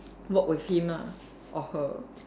work with him lah or her